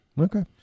Okay